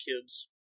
kids